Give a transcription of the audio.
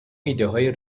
ایدههای